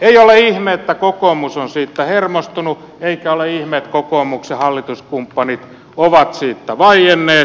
ei ole ihme että kokoomus on siitä hermostunut eikä ole ihme että kokoomuksen hallituskumppanit ovat siitä vaienneet